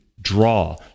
draw